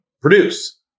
produce